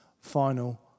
final